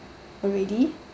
already